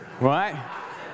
Right